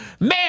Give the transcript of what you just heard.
man